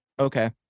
Okay